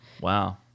Wow